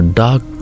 dark